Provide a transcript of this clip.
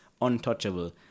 untouchable